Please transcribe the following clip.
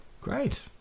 great